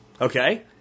Okay